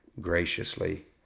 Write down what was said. graciously